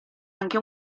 anche